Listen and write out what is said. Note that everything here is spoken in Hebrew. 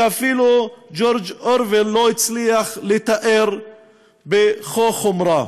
שאפילו ג'ורג' אורוול לא הצליח לתאר כה בחומרה.